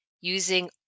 using